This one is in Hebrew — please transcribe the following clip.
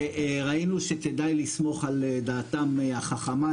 וראינו שכדאי לסמוך על דעתם החכמה,